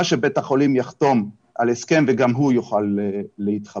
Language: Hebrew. שבית החולים יחתום על הסכם וגם הוא יוכל להתחבר.